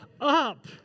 up